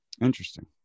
interesting